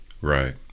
Right